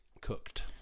cooked